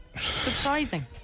surprising